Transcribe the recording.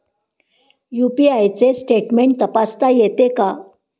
UPI चे statement तपासता येते का?